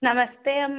नमस्ते अम्मा